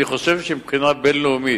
אני חושב שמבחינה בין-לאומית,